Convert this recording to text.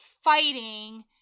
fighting